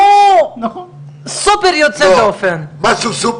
זה על פי מחקר של משרד